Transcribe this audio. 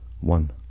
one